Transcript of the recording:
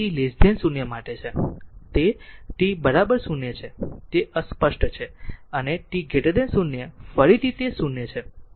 તે t 0 છે તે અસ્પષ્ટ છે અને t 0 ફરીથી તે 0 બરાબર છે